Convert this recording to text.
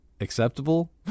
acceptable